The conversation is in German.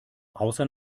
außer